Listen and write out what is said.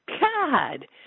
God